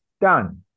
Done